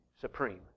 supreme